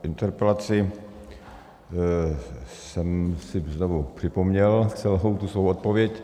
Interpelaci sem si znovu připomněl, celou tu svou odpověď.